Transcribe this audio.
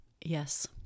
Yes